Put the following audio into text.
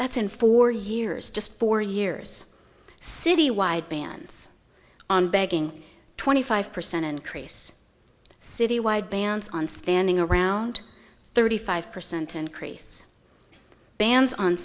that's in four years just four years citywide bans on bagging twenty five percent increase citywide bans on standing around thirty five percent increase bans on